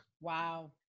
Wow